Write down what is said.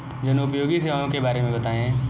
जनोपयोगी सेवाओं के बारे में बताएँ?